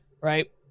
right